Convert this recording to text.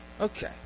Okay